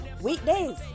Weekdays